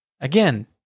again